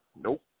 Nope